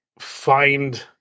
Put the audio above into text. find